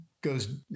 goes